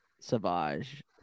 Savage